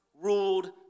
ruled